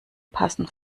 passen